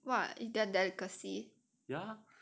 what is their delicacy